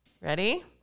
Ready